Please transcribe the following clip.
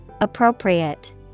Appropriate